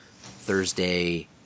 Thursday